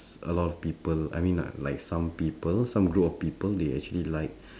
a lot of people I mean uh like some people some group of people they actually like